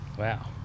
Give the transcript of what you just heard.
Wow